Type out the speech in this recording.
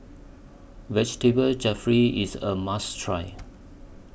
Vegetable Jalfrezi IS A must Try